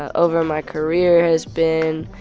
over my career has been,